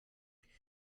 havia